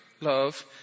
love